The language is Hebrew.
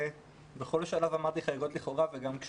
בכל שלב אמרתי "חריגות לכאורה".